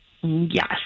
Yes